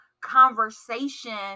conversation